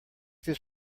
this